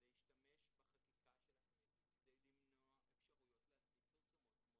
להשתמש בחקיקה של הכנסת כדי למנוע אפשרויות להציג פרסומות כמו